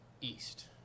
east